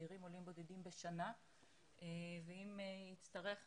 צעירים עולים בודדים בשנה ואם יצטרך ותרצה,